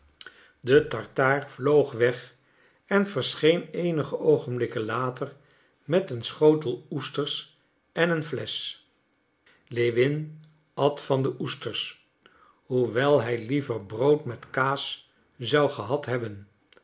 de tartaar vloog weg en verscheen eenige oogenblikken later met een schotel oesters en een flesch lewin at van de oesters hoewel hij liever brood met kaas zou gehad hebben